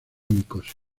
nicosia